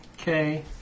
Okay